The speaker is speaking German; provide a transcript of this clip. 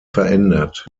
verändert